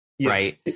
Right